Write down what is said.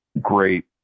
great